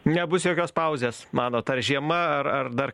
nebus jokios pauzės manot ar žiema ar ar dar